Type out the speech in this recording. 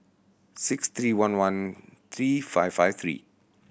six three one one three five five three